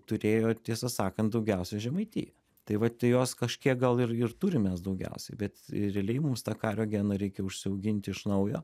turėjo tiesą sakan daugiausiai žemaitija tai vat tai jos kažkiek gal ir ir turim mes daugiausiai bet realiai mums tą kario geną reikia užsiauginti iš naujo